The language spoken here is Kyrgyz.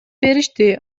беришти